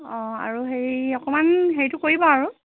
অঁ আৰু হেৰি অকণমান হেৰিটো কৰিব আৰু